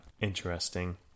Interesting